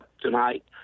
tonight